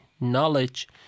knowledge